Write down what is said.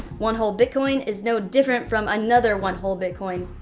one whole bitcoin is no different from another one whole bitcoin.